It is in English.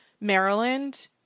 Maryland